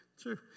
true